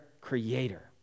creator